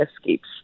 escapes